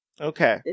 okay